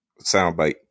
soundbite